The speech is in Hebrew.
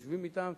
יושבים אתם,